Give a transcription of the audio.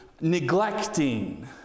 neglecting